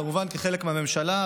כמובן כחלק מהממשלה,